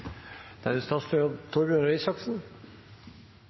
Da er det